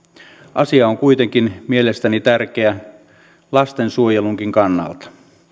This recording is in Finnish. asia on kuitenkin mielestäni tärkeä lastensuojelunkin kannalta